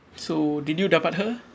so did you dapat her